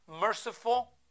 merciful